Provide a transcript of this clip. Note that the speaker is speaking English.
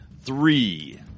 three